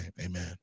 amen